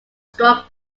struck